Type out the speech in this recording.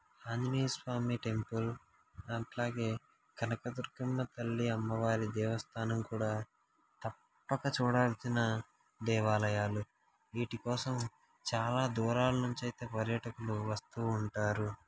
Anjaneyaswamy temple అట్లాగే కనకదుర్గమ్మ తల్లి అమ్మవారి దేవస్థానం కూడా తప్పక చూడాల్సిన దేవాలయాలు వీటికోసం చాలా దూరాలనుంచయితే పర్యాటకులు వస్తూ ఉంటారు